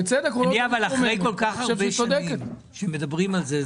אבל אחרי כל כך הרבה שנים שמדברים על זה,